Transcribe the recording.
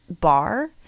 bar